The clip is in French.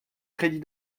crédit